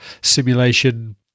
simulation